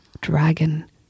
dragon